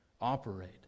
operate